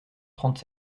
trente